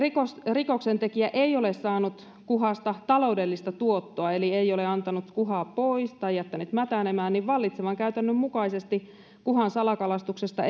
rikoksentekijä ei ole saanut kuhasta taloudellista tuottoa eli ei ole antanut kuhaa pois tai jättänyt mätänemään vallitsevan käytännön mukaisesti kuhan salakalastuksesta